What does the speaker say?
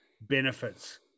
benefits